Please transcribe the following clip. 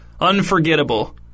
Unforgettable